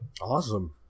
Awesome